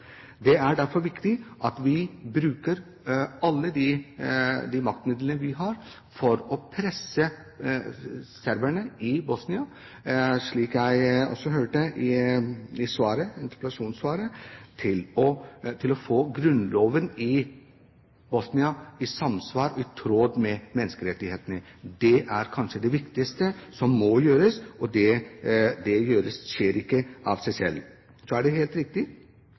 Det er derfor viktig at vi bruker alle de maktmidler vi har, for å presse serberne i Bosnia – slik jeg hørte i interpellasjonssvaret – til å få grunnloven i Bosnia i tråd med Menneskerettskonvensjonen. Det er kanskje det viktigste som må gjøres, og det skjer ikke av seg selv. Så er det helt riktig